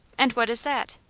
and what is that?